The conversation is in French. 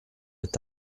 est